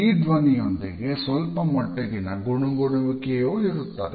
ಈ ಧ್ವನಿಯೊಂದಿಗೆ ಸ್ವಲ್ಪ ಮಟ್ಟಿಗಿನ ಗುಣುಗುಣುವಿಕೆಯೋ ಇರುತ್ತದೆ